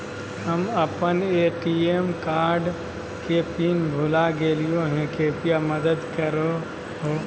हम अप्पन ATM card के पिन भुला गेलिओ हे कृपया मदद कर हो